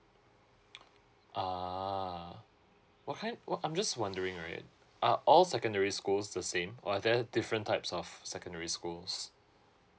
ah what kind what I'm just wondering right are all secondary schools the same or are there different types of secondary schools